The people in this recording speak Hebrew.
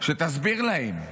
שתסביר להם,